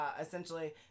essentially